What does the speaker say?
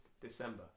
December